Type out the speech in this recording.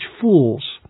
fools